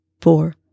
four